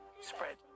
spread